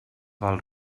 val